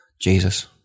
Jesus